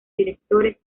directores